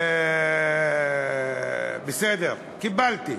בסדר, קיבלתי.